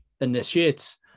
initiates